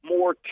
more